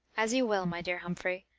as you will, my dear humphrey.